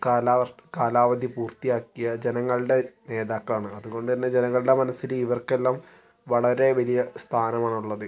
കാല കാലാവധി പൂർത്തിയാക്കിയ ജനങ്ങളുടെ നേതാക്കളാണ് അതുകൊണ്ട് തന്നെ ഞങ്ങളുടെ മനസ്സിൽ ഇവർക്കെല്ലാം വളരെ വലിയ സ്ഥാനമാണ് ഉള്ളത്